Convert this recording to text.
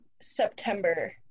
September